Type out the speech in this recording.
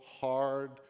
hard